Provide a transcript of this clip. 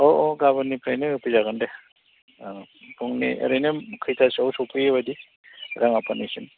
अ अ गाबोननिफ्रायनो होफैजागोन दे औ फुंनि ओरैनो खैथासोआव सफैयो बादि राङापानिसिम